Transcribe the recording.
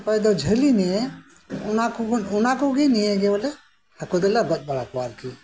ᱚᱠᱚᱭ ᱫᱚ ᱡᱷᱟᱹᱞᱤ ᱱᱤᱭᱮ ᱚᱱᱟ ᱠᱚᱵᱚᱱ ᱚᱱᱟ ᱠᱚᱜᱮ ᱱᱤᱭᱟᱹᱜᱮ ᱵᱚᱞᱮ ᱦᱟᱹᱠᱩ ᱫᱚᱞᱮ ᱜᱚᱡ ᱵᱟᱲᱟ ᱠᱚᱣᱟ ᱟᱨᱠᱤ